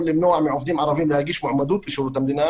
למנוע מעובדים ערבים להגיש מועמדות לשירות המדינה